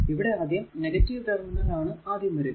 ഇവിടെ ആദ്യം negative terminal ആണ് ആദ്യം വരിക